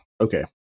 Okay